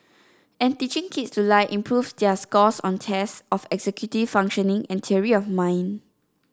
and teaching kids to lie improves their scores on tests of executive functioning and theory of mind